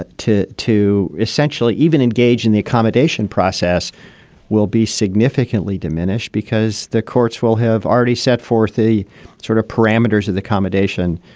ah to to essentially even engage in the accommodation process will be significantly diminished because the courts will have already set forth the sort of parameters of the accommodation.